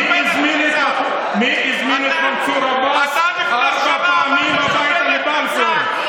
מי הזמין את מנסור עבאס ארבע פעמים הביתה לבלפור?